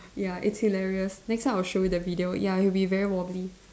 ya it's hilarious next time I'll show you the video ya he'll be very wobbly